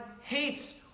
hates